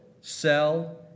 sell